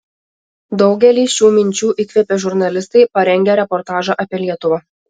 daugelį šių minčių įkvėpė žurnalistai parengę reportažą apie lietuvą